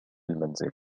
المنزل